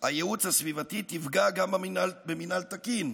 הייעוץ הסביבתי תפגע גם במינהל תקין,